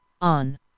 on